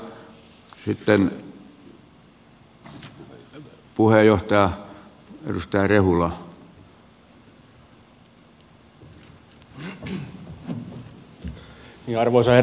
arvoisa herra puhemies